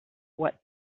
what